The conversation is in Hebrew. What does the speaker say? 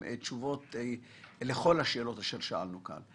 תשובות לכל השאלות אשר שאלנו כאן.